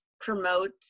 promote